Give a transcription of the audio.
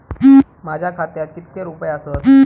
माझ्या खात्यात कितके रुपये आसत?